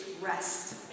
rest